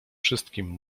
wszystkim